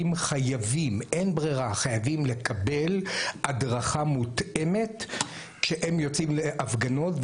חייבים לקבל הדרכה מותאמת כשהם יוצאים להפגנות,